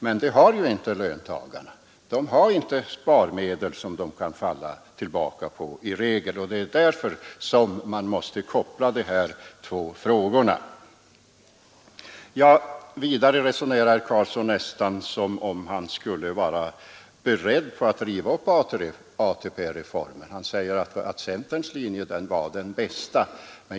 Men detta har ju inte löntagarna — de har i regel inte sparmedel som de kan falla tillbaka på, och det är därför man måste koppla de här två frågorna. Vidare resonerar herr Carlsson som om han nästan var beredd att riva upp ATP-reformen, och han säger att centerns linje var den bästa.